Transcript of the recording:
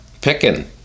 Picking